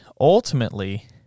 ultimately